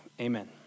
amen